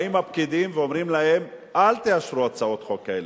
באים הפקידים ואומרים להם: אל תאשרו הצעות חוק כאלה.